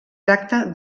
tracta